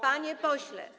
Panie pośle.